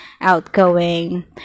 outgoing